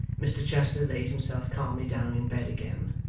mr chester laid himself calmly down in bed again,